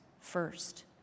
first